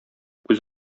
күз